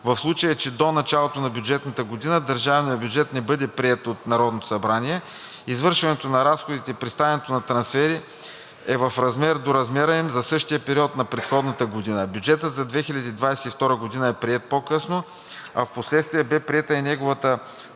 в случай че до началото на бюджетната година държавният бюджет не бъде приет от Народното събрание, извършването на разходите и предоставянето на трансфери е в размер до размера им за същия период на предходната година. Бюджетът за 2022-а е приет по-късно, а впоследствие бе приета и неговата